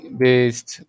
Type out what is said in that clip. based